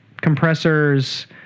compressors